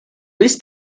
ist